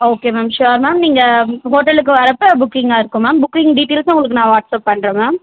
okay ma'am sure ma'am நீங்கள் ஹோட்டலுக்கு வரப்போ புக்கிங்கா இருக்கும் மேம் புக்கிங் டீடைல்ஸ்ஸும் உங்களுக்கு நான் வாட்ஸ்அப் பண்ணுறேன் மேம்